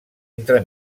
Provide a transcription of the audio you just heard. entre